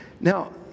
Now